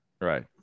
Right